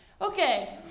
Okay